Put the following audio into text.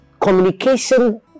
communication